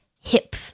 hip